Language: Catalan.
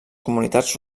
comunitats